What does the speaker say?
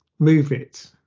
MoveIt